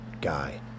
Guy